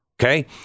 Okay